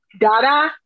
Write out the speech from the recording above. Dada